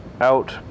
out